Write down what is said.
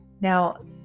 Now